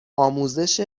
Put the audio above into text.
آموزش